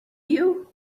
you